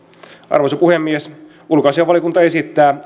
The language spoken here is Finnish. arvoisa puhemies ulkoasiainvaliokunta esittää